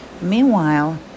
Meanwhile